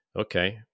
Okay